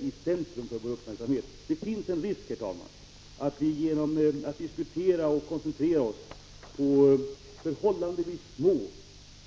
17 december 1985 Det finns en risk, herr talman, för att vi genom att diskutera och GA [—Ä— koncentrera oss på förhållandevis små